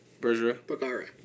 Bergera